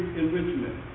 enrichment